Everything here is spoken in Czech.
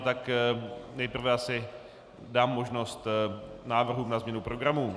Tak nejprve asi dám možnost návrhům na změnu programu.